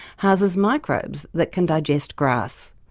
houses microbes that can digest grass.